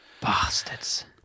Bastards